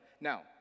Now